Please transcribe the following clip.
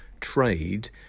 trade